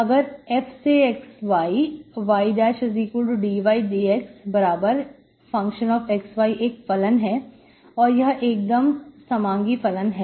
अगर f से x y ydydxfxyएक फलन है और यह एकदम मांगी फलन है